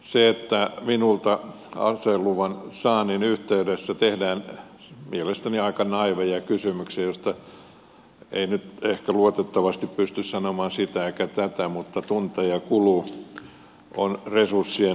se että minulle aseluvan saannin yhteydessä tehdään mielestäni aika naiiveja kysymyksiä joista ei nyt ehkä luotettavasti pysty sanomaan sitä eikä tätä mutta tunteja kuluu on resurssien väärinkäyttöä